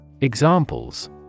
Examples